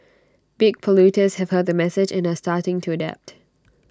big polluters have heard the message and are starting to adapt